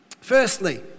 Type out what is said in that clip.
Firstly